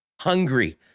hungry—